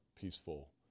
peaceful